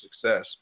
success